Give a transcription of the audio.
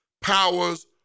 powers